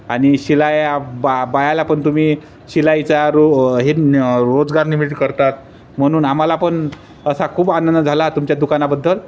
आणि शिलाया बा बायाला पण तुम्ही शिलाईचा रो हे रोजगार निर्मिती करतात म्हणून आम्हाला पण असा खूप आनंद झाला तुमच्या दुकानाबद्दल